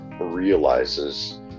realizes